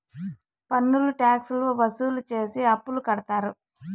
పన్నులు ట్యాక్స్ లు వసూలు చేసి అప్పులు కడతారు